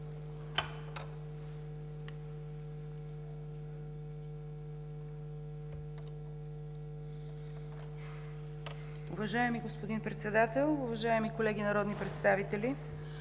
Уважаеми господин Председател, уважаеми колеги народни представители,